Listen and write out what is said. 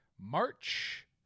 March